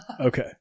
Okay